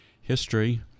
history